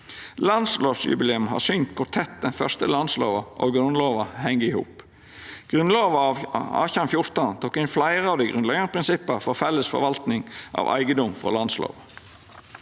Landslovjubileet har synt kor tett den første landslova og Grunnlova heng i hop. Grunnlova av 1814 tok inn fleire av dei grunnleggjande prinsippa for felles forvaltning av eigedom frå landslova.